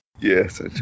Yes